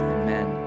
amen